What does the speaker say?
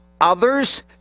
others